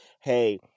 Hey